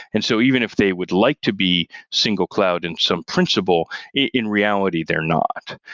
and so even if they would like to be single cloud in some principle, in reality they're not.